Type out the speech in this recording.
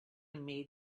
made